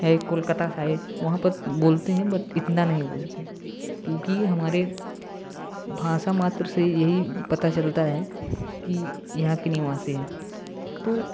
है कोलकता साइड वहाँ पर बोलते हैं बट इतना नहीं बोलते क्योंकि हमारे भाषा मात्र से यही पता चलता है कि यहाँ के निवासी हैं तो